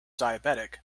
diabetic